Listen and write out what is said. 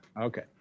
okay